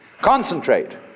Concentrate